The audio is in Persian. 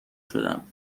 شدم